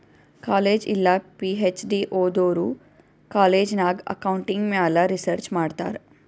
college ಇಲ್ಲ PhD ಓದೋರು college ನಾಗ್ ಅಕೌಂಟಿಂಗ್ ಮ್ಯಾಲ ರಿಸರ್ಚ್ ಮಾಡ್ತಾರ್